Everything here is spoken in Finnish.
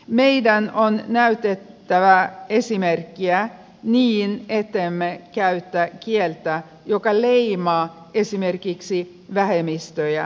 meidän on näytettävä esimerkkiä niin ettemme käytä kieltä joka leimaa esimerkiksi vähemmistöjä